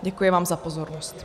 Děkuji vám za pozornost.